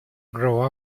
grew